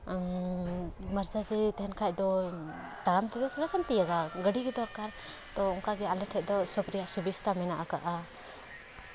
emergency ᱛᱟᱦᱮᱱ ᱠᱷᱟᱡ ᱫᱚ ᱛᱟᱲᱟᱢ ᱛᱮᱫᱚ ᱛᱷᱚᱲᱮ ᱥᱮᱢ ᱛᱤᱭᱳᱜᱟ ᱜᱟᱹᱰᱤᱜᱮ ᱫᱚᱨᱠᱟᱨ ᱚᱱᱠᱟ ᱜᱮ ᱟᱞᱮ ᱴᱷᱮᱡ ᱫᱚ ᱥᱚᱵ ᱨᱮᱭᱟᱜ ᱥᱩᱵᱤᱥᱛᱟ ᱢᱮᱱᱟᱜ ᱠᱟᱜᱼᱟ